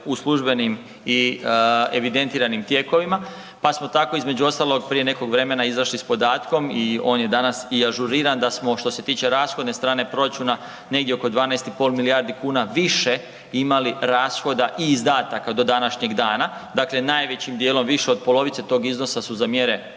u službenim i evidentiranim tijekovima, pa smo tako između ostalog, prije nekog vremena izašli s podatkom i on je danas i ažuriran da smo, što se tiče rashodne strane proračuna, negdje oko 12,5 milijardi kuna više imali rashoda i izdataka do današnjeg dana. Dakle, najvećim dijelom, više od polovice tog iznosa su za mjere